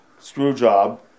Screwjob